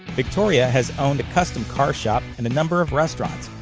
victoria has owned a custom car shop and a number of restaurants,